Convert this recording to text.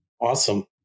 awesome